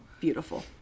beautiful